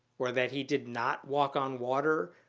or that he did not walk on water?